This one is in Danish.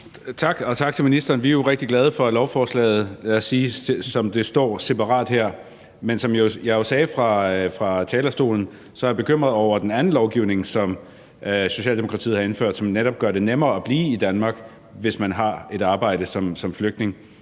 Tak, og tak til ministeren. Vi er jo rigtig glade for lovforslaget, som det står separat her. Men som jeg også sagde fra talerstolen, er jeg bekymret over den anden lovgivning, som Socialdemokratiet har indført, og som netop gør det nemmere at blive i Danmark, hvis man som flygtning